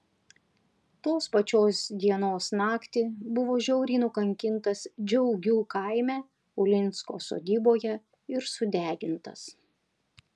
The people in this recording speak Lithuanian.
tos pačios dienos naktį buvo žiauriai nukankintas džiaugių kaime ulinsko sodyboje ir sudegintas